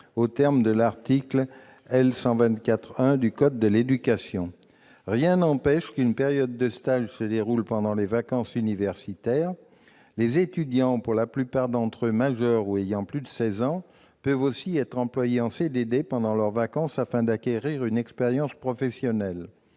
aux termes de l'article L. 124-1 du code de l'éducation. Rien n'empêche qu'une période de stage se déroule pendant les vacances universitaires. Les étudiants, qui sont majeurs pour la plupart d'entre eux ou ont plus de 16 ans, peuvent aussi être employés en CDD pendant leurs vacances, afin d'acquérir une expérience professionnelle.